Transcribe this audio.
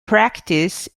practice